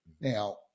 Now